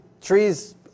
trees